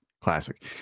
classic